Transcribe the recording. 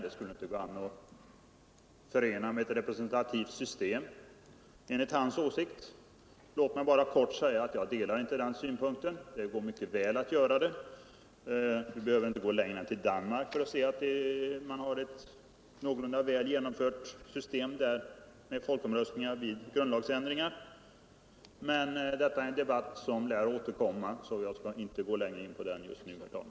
Sådana skulle inte gå att förena med ett representativt system enligt hans åsikt. Jag kan bara kortfattat säga att jag inte delar den synpunkten. Vi behöver inte gå längre än till Danmark för att få belägg för att det går. Där har man ett någorlunda väl genomfört system med folkomröstningar vid grundlagsändringar. Men detta är en debatt som lär återkomma, så jag skall inte gå längre in på den just nu, herr talman.